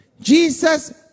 Jesus